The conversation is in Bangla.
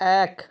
এক